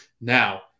Now